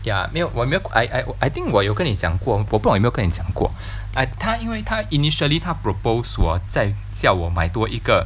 ya 没有我有没有 I I I 我 I think 我有跟你讲过我不懂有没有跟你讲过 I 他因为他 initially 他 propose 我再叫我买多一个